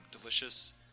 delicious